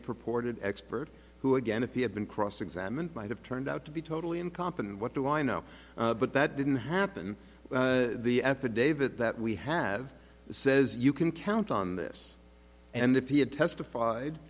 purported expert who again if he had been cross examined might have turned out to be totally incompetent what do i know but that didn't happen in the affidavit that we have says you can count on this and if he had